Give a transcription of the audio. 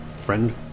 friend